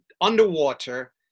underwater